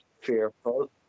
fearful